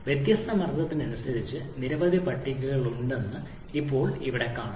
വ്യത്യസ്ത മർദ്ദത്തിന് അനുസരിച്ച് നിരവധി പട്ടികകൾ ഉണ്ടെന്ന് ഇപ്പോൾ ഇവിടെ കാണാം